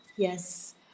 Yes